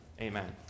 Amen